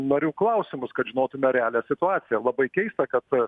narių klausimus kad žinotume realią situaciją labai keista kad